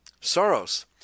Soros